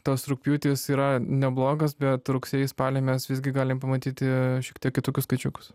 tas rugpjūtis yra neblogas bet rugsėjį spalį mes visgi galim pamatyti šiek tiek kitokius skaičiukus